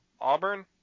Auburn